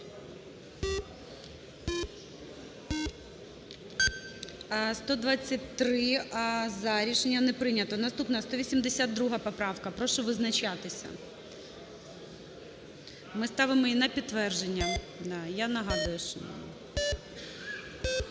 За-123 Рішення не прийнято. Наступна 182 поправка. Прошу визначатися. Ми ставимо її на підтвердження, я нагадую.